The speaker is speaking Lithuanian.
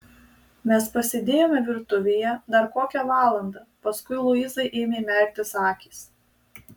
mes pasėdėjome virtuvėje dar kokią valandą paskui luizai ėmė merktis akys